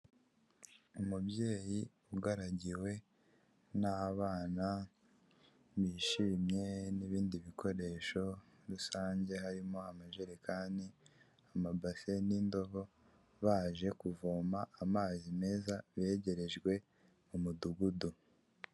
Umubyeyi ugaragiwe n'abana bishimye n'ibindi bikoresho rusange harimo amajerekani, amabase n' indobo, baje kuvoma amazi meza begerejwe mu mudugudu.